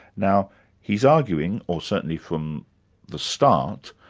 now he's arguing, or certainly from the start,